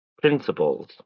principles